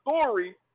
story